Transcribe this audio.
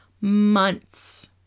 months